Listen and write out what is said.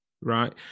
right